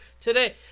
today